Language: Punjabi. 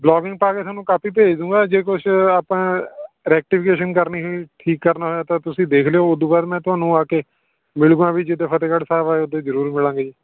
ਵਲੋਗਿੰਗ ਪਾ ਕੇ ਤੁਹਾਨੂੰ ਕਾਪੀ ਭੇਜ ਦੂਗਾ ਜੇ ਕੁਛ ਆਪਾਂ ਰੈਕਟੀਫਕੇਸ਼ਨ ਕਰਨੀ ਹੋਈ ਠੀਕ ਕਰਨਾ ਹੋਇਆ ਤਾਂ ਤੁਸੀਂ ਦੇਖ ਲਿਓ ਉਦੂ ਬਾਅਦ ਮੈਂ ਤੁਹਾਨੂੰ ਆ ਕੇ ਮਿਲਾਂਗਾ ਵੀ ਜਦੋਂ ਫਤਿਹਗੜ੍ਹ ਸਾਹਿਬ ਆਏ ਉਦੇ ਜ਼ਰੂਰ ਮਿਲਾਂਗੇ ਜੀ